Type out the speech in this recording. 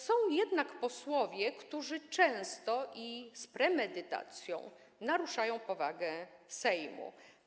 Są jednak posłowie, którzy często i z premedytacją naruszają powagę Sejmu.